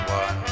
one